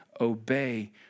obey